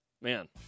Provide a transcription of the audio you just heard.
Man